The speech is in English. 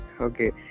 Okay